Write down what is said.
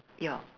your